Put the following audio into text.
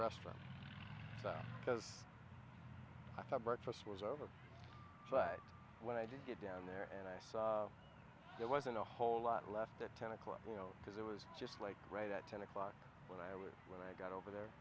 restaurant because i thought breakfast was over but when i did get down there and i saw there wasn't a whole lot left at ten o'clock you know because it was just like right at ten o'clock when i was when i got over